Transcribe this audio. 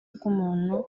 bw’umuntu